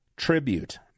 Tribute